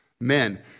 men